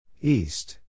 East